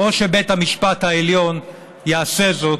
או שבית המשפט העליון יעשה זאת,